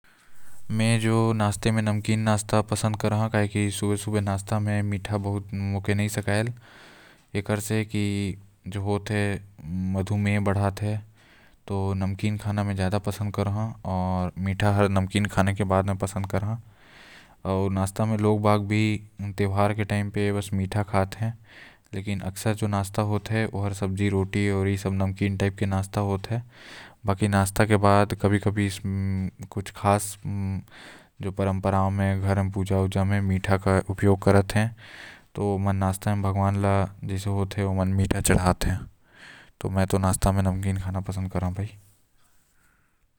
मै ह सुबह सुबह नाश्ता म मीठा नाश्ता पसंद करो काबर की नामांकित नाश्ता मोला नि सकते काबर की सुबह कुछ मीठा पीबी त दिन पूरा मीठा जाहि। आऊ मीठा म जैसे चाय हो गाइस कॉफी हो गाइस।